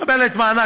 מקבלת מענק